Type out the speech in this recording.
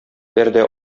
пәрдә